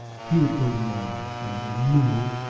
he would go to-morrow er no,